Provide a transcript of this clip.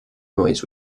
noise